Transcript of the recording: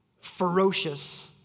ferocious